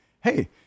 hey